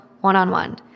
one-on-one